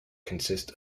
consist